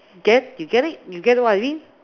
okay you get it you get what I mean